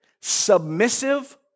submissive